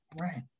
right